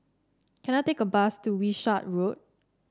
can I take a bus to Wishart Road